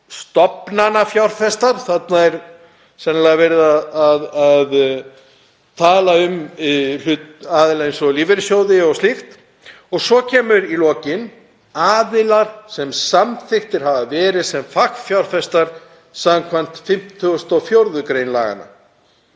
stofnanafjárfestar — þarna er sennilega verið að tala um aðila eins og lífeyrissjóði og slíkt. Svo koma í lokin aðilar sem samþykktir hafa verið sem fagfjárfestar skv. 54. gr. laganna.